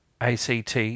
ACT